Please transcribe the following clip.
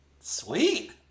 sweet